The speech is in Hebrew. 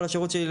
כל השירות שלי,